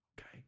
Okay